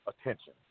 attention